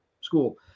school